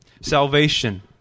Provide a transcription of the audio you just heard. salvation